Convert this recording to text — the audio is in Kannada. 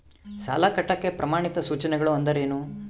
ಸಾಲ ಕಟ್ಟಾಕ ಪ್ರಮಾಣಿತ ಸೂಚನೆಗಳು ಅಂದರೇನು?